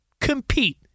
compete